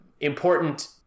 Important